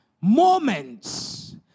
moments